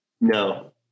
no